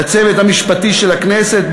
לצוות המשפטי של הכנסת,